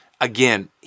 Again